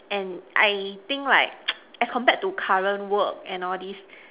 and I think like as compared to current work and all these